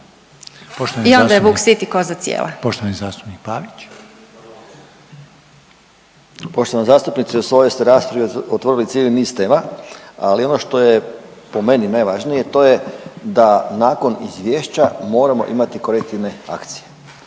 Željko (Socijaldemokrati)** Poštovana zastupnice u svojoj ste raspravi otvorili cijeli niz tema, ali ono što je po meni najvažnije to je da nakon izvješća moramo imati korektivne akcije,